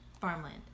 farmland